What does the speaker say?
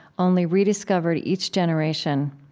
only rediscovered each generation,